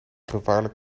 gevaarlijk